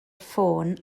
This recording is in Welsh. ffôn